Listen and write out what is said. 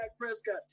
Prescott